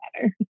better